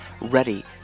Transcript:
ready